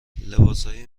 لباسهای